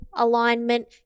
alignment